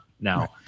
now